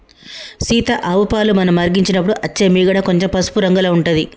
సీత ఆవు పాలు మనం మరిగించినపుడు అచ్చే మీగడ కొంచెం పసుపు రంగుల ఉంటది